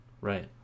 Right